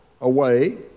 away